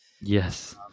Yes